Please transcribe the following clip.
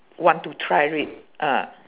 want to try it ah